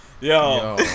Yo